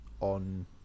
on